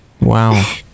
Wow